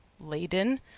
laden